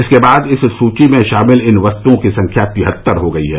इसके बाद इस सूची में शामिल इन वस्तुओं की संख्या तिहत्तर हो गई है